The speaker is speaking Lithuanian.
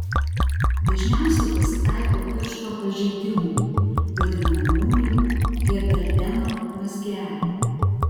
dažniausiai pasitaiko piršto pažeidimų vadinamųjų heberdeno mazgelių